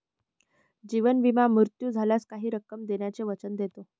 जीवन विमा मृत्यू झाल्यास काही रक्कम देण्याचे वचन देतो